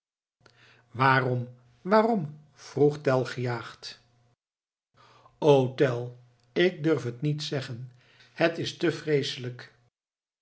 waarom waarom vroeg tell gejaagd o tell ik durf het niet zeggen het is te vreeselijk